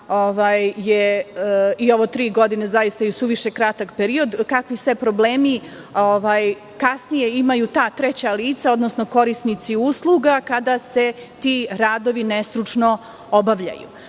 da je tri godine zaista kratak period. Kakvi sve problemi kasnije imaju ta treća lica, odnosno korisnici usluga kada se ti radovi nestručno obavljaju. Predlažemo